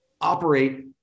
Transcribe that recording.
operate